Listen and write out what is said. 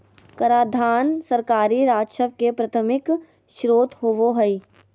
कराधान सरकारी राजस्व के प्राथमिक स्रोत होबो हइ